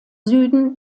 süden